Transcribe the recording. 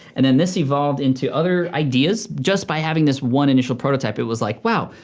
and then this evolved into other ideas just by having this one initial prototype. it was like wow,